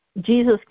Jesus